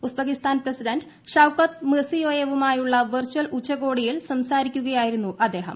Uzbekistan president Shavkat മിർസിയോയെവുമായുള്ള virtual ഉച്ചകോടിയിൽ സംസാരിക്കുകയായിരുന്നു അദ്ദേഹം